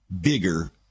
bigger